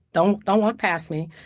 don't don't walk past me.